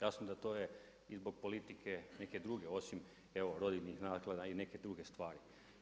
Jasno da to je i zbog politike neke druge osim evo rodiljnih naknada i neke druge stvari.